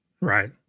Right